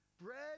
Bread